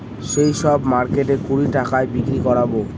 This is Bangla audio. সেই সব মার্কেটে কুড়ি টাকায় বিক্রি করাবো